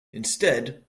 instead